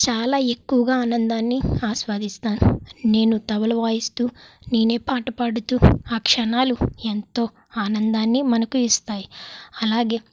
చాలా ఎక్కువగా ఆనందాన్ని ఆస్వాదిస్తాను నేను తబల వాయిస్తూ నేనే పాట పాడుతూ ఆ క్షణాలు ఎంతో ఆనందాన్ని మనకు ఇస్తాయి అలాగే